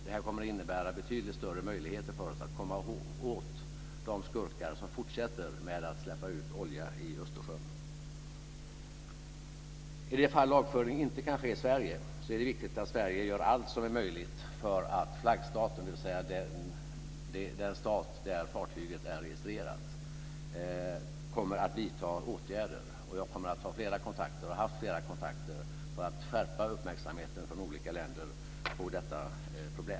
Det här kommer att innebära betydligt större möjligheter för oss att komma åt de skurkar som fortsätter att släppa ut olja i Östersjön. I de fall lagföring inte kan ske i Sverige är det viktigt att Sverige gör allt som är möjligt för att flaggstaten, dvs. den stat där fartyget är registrerat, kommer att vidta åtgärder. Jag kommer att ta flera kontakter, och jag har haft flera kontakter, för att skärpa uppmärksamheten från olika länder på detta problem.